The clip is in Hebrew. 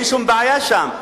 אין שום בעיה שם.